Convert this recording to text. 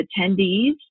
attendees